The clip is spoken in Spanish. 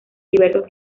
diversos